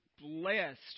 blessed